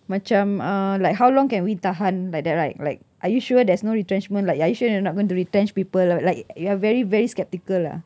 macam uh like how long can we tahan like that right like are you sure there's no retrenchment like are you sure you are not going to retrench people or like we are very very skeptical lah